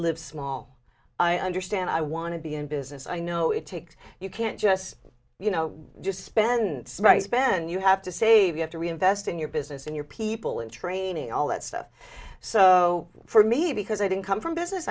live small i understand i want to be in business i know it takes you can't just you know just spend right spend you have to save you have to reinvest in your business and your people in training all that stuff so for me because i didn't come from business